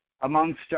amongst